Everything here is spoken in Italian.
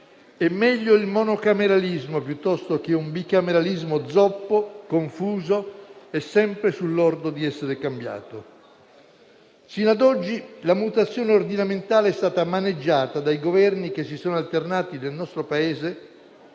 è meglio il monocameralismo, piuttosto che un bicameralismo zoppo, confuso e sempre sull'orlo di essere cambiato. Fino a oggi la mutazione ordinamentale è stata maneggiata dai Governi che si sono alternati nel nostro Paese